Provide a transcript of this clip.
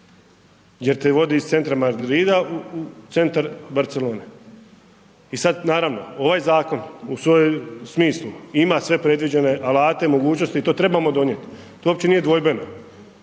jer te vodi iz centra Madrida u centar Barcelone. I sad, naravno, ovaj zakon u svom smislu ima sve predviđene alate, mogućnosti i to trebamo donijet, to uopće nije dvojbeno,